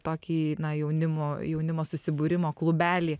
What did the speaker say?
tokį na jaunimo jaunimo susibūrimo klubelį